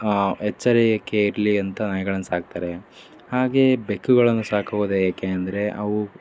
ಎಚ್ಚರಿಕೆ ಇರಲಿ ಅಂತ ನಾಯಿಗಳನ್ನು ಸಾಕ್ತಾರೆ ಹಾಗೇ ಬೆಕ್ಕುಗಳನ್ನು ಸಾಕುವುದು ಏಕೆ ಅಂದರೆ ಅವು